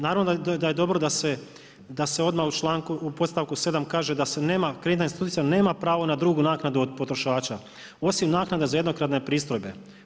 Naravno da je dobro da se odmah u podstavku 7. kaže da se nema, kreditna institucija nema pravo na drugu naknadu od potrošača osim naknada za jednokratne pristojbe.